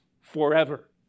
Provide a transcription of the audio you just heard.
forever